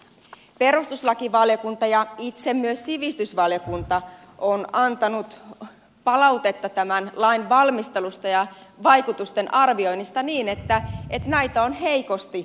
perustuslakivaliokunta ja myös itse sivistysvaliokunta ovat antaneet sellaista palautetta tämän lain valmistelusta ja vaikutusten arvioinnista että näitä on heikosti arvioitu